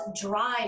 drive